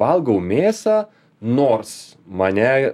valgau mėsą nors mane